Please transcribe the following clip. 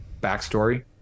backstory